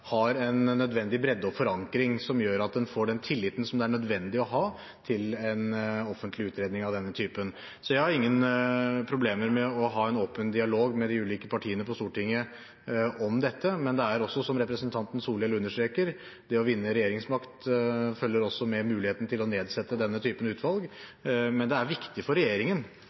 har en nødvendig bredde og forankring som gjør at det får den tilliten som det er nødvendig å ha til en offentlig utredning av denne typen. Jeg har ikke noe problem med å ha en åpen dialog med de ulike partiene på Stortinget om dette, men det er også slik, som representanten Solhjell understreker, at med det å vinne regjeringsmakt følger også muligheten til å nedsette denne type utvalg.